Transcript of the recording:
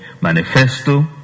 manifesto